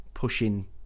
pushing